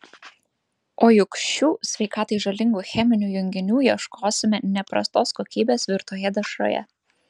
o juk šių sveikatai žalingų cheminių junginių ieškosime ne prastos kokybės virtoje dešroje